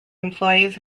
employees